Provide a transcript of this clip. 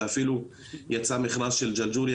ואפילו יצא מכרז של ג'לג'וליה,